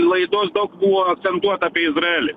laidos daug buvo akcentuota apie izraelį